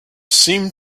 seem